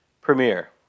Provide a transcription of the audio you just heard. premiere